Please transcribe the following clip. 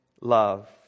love